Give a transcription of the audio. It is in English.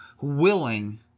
willing